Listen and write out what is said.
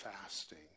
fasting